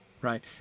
right